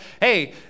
hey